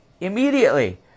Immediately